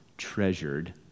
treasured